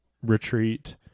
retreat